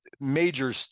major